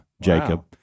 Jacob